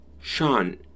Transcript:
Sean